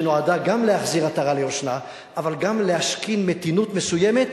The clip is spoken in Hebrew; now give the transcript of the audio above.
שנועדה גם להחזיר עטרה ליושנה אבל גם להשכין מתינות מסוימת,